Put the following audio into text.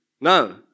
No